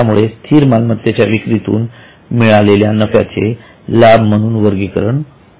यामुळे स्थिर मालमत्तेच्या विक्रीतून मिळालेल्या नफ्याचे लाभ म्हणून वर्गीकरण होते